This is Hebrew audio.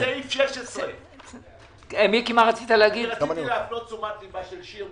סעיף 16. רציתי להפנות את תשומת ליבה של שיר,